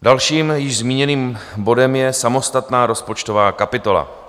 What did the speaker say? Dalším, již zmíněným bodem je samostatná rozpočtová kapitola.